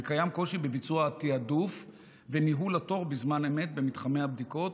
קיים קושי בביצוע התיעדוף ובניהול התור בזמן אמת במתחמי הבדיקות,